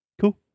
Cool